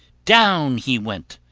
down he went!